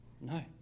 no